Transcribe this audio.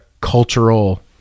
cultural